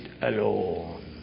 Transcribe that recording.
alone